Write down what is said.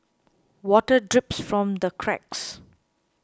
water drips from the cracks